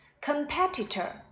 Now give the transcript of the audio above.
Competitor